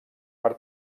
per